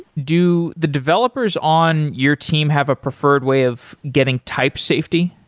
do the developers on your team have a preferred way of getting type safety?